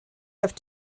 have